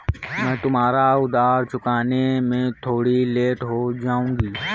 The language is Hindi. मैं तुम्हारा उधार चुकाने में थोड़ी लेट हो जाऊँगी